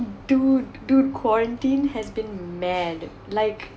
dude dude quarantine has been mad like